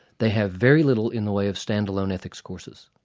they have very little in the way of stand alone ethics courses.